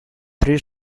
three